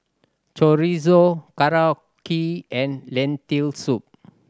Chorizo Korokke and Lentil Soup